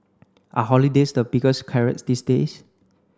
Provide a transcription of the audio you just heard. are holidays the biggest carrots these days